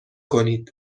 کنید